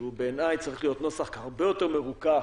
שבעיניי, הוא צריך להיות נוסח הרבה יותר מרוכך